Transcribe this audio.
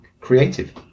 creative